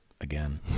again